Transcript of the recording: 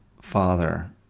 father